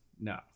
No